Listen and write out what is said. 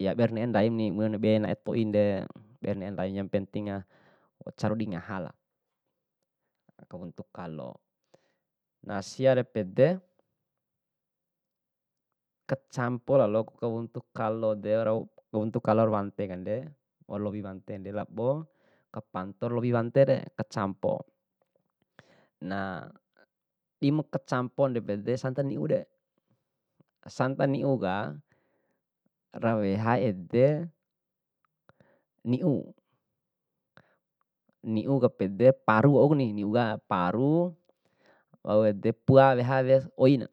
Ya ber ne'e ndaimni bernae toinde, berne'e ndaim yang pentina caru di ngahala, kahuntu kalo. Na siare pede kacampo lalop kahuntu kalo derau, kahuntu kalo ra wante kande, laora lowi wantemu kande labo kapanto ra lowi wante re, kacampo. Na, dimakacampo de pede santa niu re, sanata niu ka, raweha ede niu, niuka pede paru wauku niu ka, paru wau ede pua weha wea oina,